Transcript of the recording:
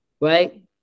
right